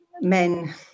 men